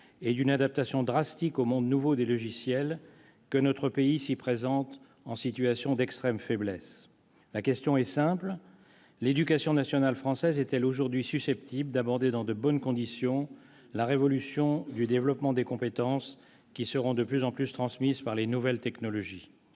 et d'une adaptation drastique au monde nouveau des logiciels que notre pays s'y présente en situation d'extrême faiblesse. La question est simple : l'éducation nationale française est-elle aujourd'hui susceptible d'aborder dans de bonnes conditions la révolution du développement des compétences qui seront de plus en plus transmises par les nouvelles technologies ?